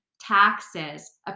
taxes